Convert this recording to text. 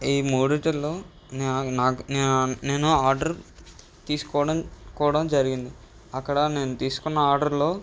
ఈ మూడింటిలో నేను ఆర్డర్ తీసుకోడన్ తీసుకోడం జరిగింది అక్కడ నేను తీసుకున్న ఆర్డర్లో